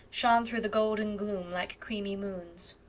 shone through the golden gloom like creamy moons.